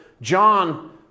John